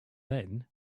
then